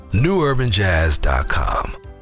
newurbanjazz.com